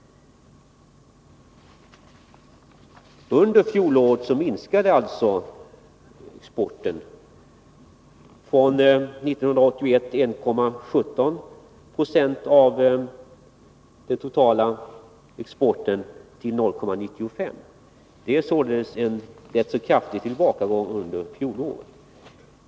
Under fjolåret minskade alltså exporten — från 1,17 90 av den totala exporten 1981 till 0,95 96. Det var således då en rätt kraftig tillbakagång.